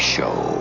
Show